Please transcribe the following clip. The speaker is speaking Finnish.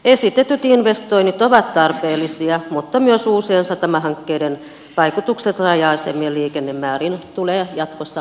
esitetyt investoinnit ovat tarpeellisia mutta myös uusien satamahankkeiden vaikutukset raja asemien liikennemääriin tulee jatkossa huomioida